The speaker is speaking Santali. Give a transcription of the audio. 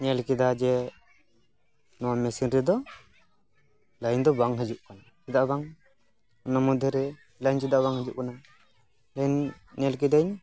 ᱧᱮᱞ ᱠᱮᱫᱟ ᱡᱮ ᱱᱚᱣᱟ ᱢᱮᱥᱤᱱ ᱨᱮᱫᱚ ᱞᱟᱭᱤᱱ ᱫᱚ ᱵᱟᱝ ᱦᱤᱡᱩᱜ ᱠᱟᱱᱟ ᱪᱮᱫᱟᱜ ᱵᱟᱝ ᱚᱱᱟ ᱢᱚᱫᱽᱫᱷᱮᱨᱮ ᱞᱟᱭᱤᱱ ᱪᱮᱫᱟᱜ ᱵᱟᱝ ᱦᱤᱡᱩᱜ ᱠᱟᱱᱟ ᱤᱧ ᱧᱮᱞ ᱠᱤᱫᱟᱹᱧ